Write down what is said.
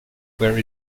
were